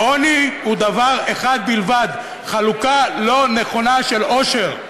עוני הוא דבר אחד בלבד: חלוקה לא נכונה של עושר.